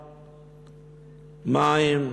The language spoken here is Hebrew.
מים,